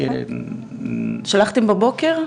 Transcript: שלחתם בבוקר?